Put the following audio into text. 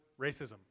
racism